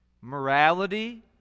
morality